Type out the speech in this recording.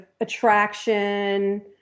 attraction